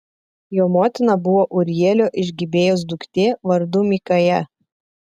jo motina buvo ūrielio iš gibėjos duktė vardu mikaja